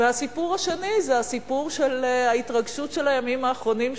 הסיפור השני הוא סיפור ההתרגשות של הימים האחרונים,